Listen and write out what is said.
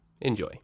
Enjoy